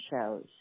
shows